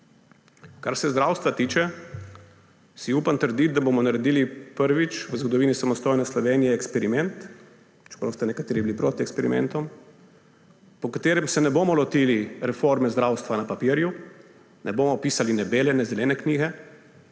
Kar se zdravstva tiče, si upam trditi, da bomo naredili prvič v zgodovini samostojne Slovenije eksperiment – čeprav ste bili nekateri proti eksperimentom – po katerem se ne bomo lotili reforme zdravstva na papirju, ne bomo pisali ne bele ne zelene knjige,